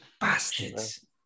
bastards